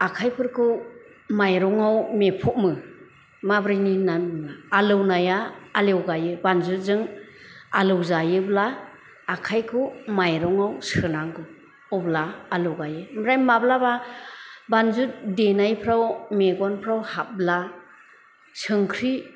आखायफोरखौ माइरंआव मेफ'मो माब्रैनि होन्नानै बुं आलौनाया आलौगायो बानजुजों आलौजायोब्ला आखायखौ माइरंआव सोनांगौ अब्ला आलौगायो ओमफ्राय माब्लाबा बानजु देनायफ्राव मेगनफ्राव हाबब्ला सोंख्रि